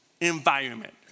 environment